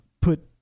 put